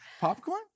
Popcorn